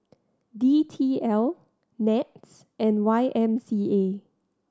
D T L NETS and Y M C A